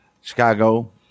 Chicago